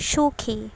সুখী